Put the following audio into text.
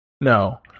no